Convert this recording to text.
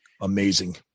Amazing